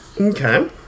Okay